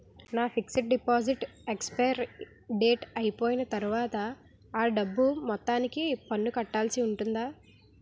నా fixed deposit expiry date అయిపోయిన తర్వాత అ డబ్బు మొత్తానికి పన్ను కట్టాల్సి ఉంటుందా?